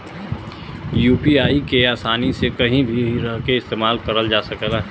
UPI के आसानी से कहीं भी रहके इस्तेमाल करल जा सकला